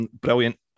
brilliant